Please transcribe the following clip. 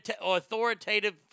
authoritative